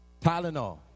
Tylenol